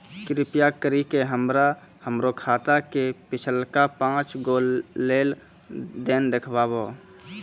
कृपा करि के हमरा हमरो खाता के पिछलका पांच गो लेन देन देखाबो